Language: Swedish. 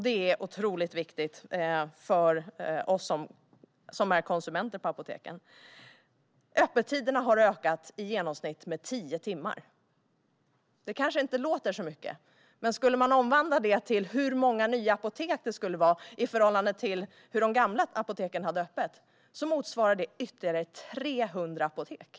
Det är otroligt viktigt för oss som är konsumenter på apoteken. Öppettiderna har i genomsnitt ökat med tio timmar. Det kanske inte låter så mycket. Men skulle man omvandla det till hur många nya apotek det skulle vara i förhållande till hur de gamla apoteken hade öppet motsvarar det ytterligare 300 apotek.